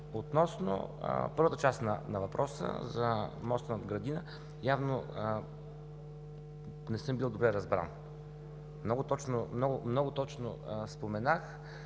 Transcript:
Относно първата част на въпроса – за моста над Градина, явно не съм бил добре разбран. Много точно споменах,